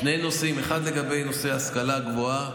שני נושאים, האחד לגבי נושא השכלה גבוהה: